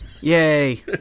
Yay